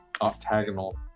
Octagonal